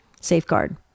safeguard